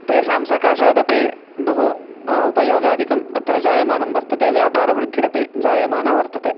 तेषां सकाशादपि बहु उपयोगादिकम् अत्र जायमानं वर्तते व्यापारवृद्धिरपि जायमाना वर्तते